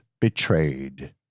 betrayed